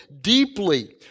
deeply